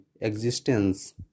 existence